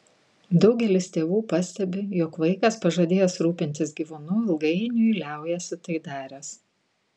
daugelis tėvų pastebi jog vaikas pažadėjęs rūpintis gyvūnu ilgainiui liaujasi tai daręs